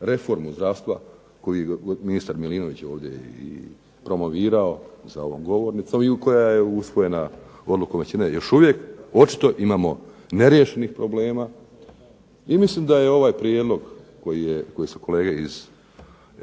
reformu zdravstva koju je ministar Mlinović ovdje i promovirao za ovom govornicom i koja je usvojena odlukom većine, još uvijek očito imamo neriješenih problema i mislim da je ovaj prijedlog koji su kolege iz